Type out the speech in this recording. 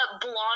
blonde